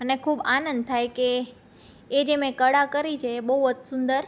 અને ખૂબ આનંદ થાય કે એ જે મેં કળા કરી છે એ બહુ જ સુંદર